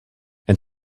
and